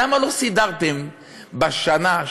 למה לא סידרתם בשנה,